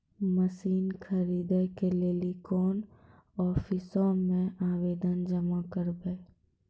Machine खरीदै के लेली कोन आफिसों मे आवेदन जमा करवै?